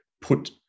put